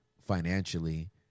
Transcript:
financially